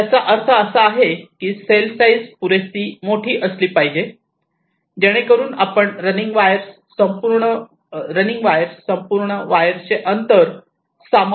याचा अर्थ असा आहे की सेल साईज पुरेशी मोठी असली पाहिजे जेणेकरून आपण रनिंग वायर्स संपूर्ण वायरचे अंतर सामावून घेता आले पाहिजे